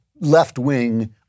Left-wing